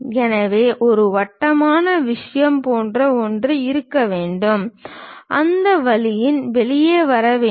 எனவே ஒரு வட்டமான விஷயம் போன்ற ஒன்று இருக்க வேண்டும் அந்த வழியில் வெளியே வர வேண்டும்